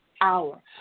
hour